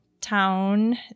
town